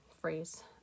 phrase